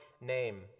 name